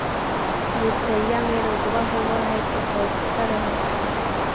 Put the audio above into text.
मिर्चया मे रोग्बा होब है तो कौची कर हखिन?